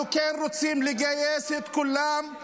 אנחנו כן רוצים לגייס את כולם,